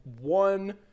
one